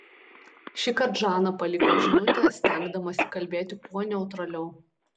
šįkart žana paliko žinutę stengdamasi kalbėti kuo neutraliau